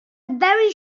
very